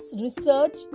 research